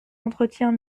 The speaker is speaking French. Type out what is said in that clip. entretiens